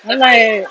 I'm like